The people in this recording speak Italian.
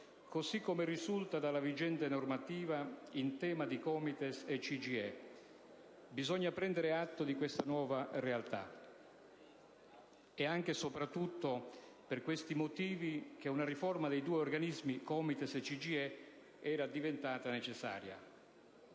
così come risulta dalla vigente normativa in tema di COMITES e di CGIE. Bisogna prendere atto di questa nuova realtà: è anche, e soprattutto, per questi motivi, che una riforma dei due organismi era diventata necessaria.